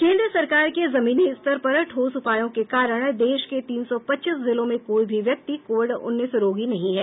केंद्र सरकार के जमीनी स्तर पर ठोस उपायों के कारण देश के तीन सौ पच्चीस जिलों में कोई भी व्यक्ति कोविड उन्नीस रोगी नहीं है